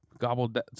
Gobbled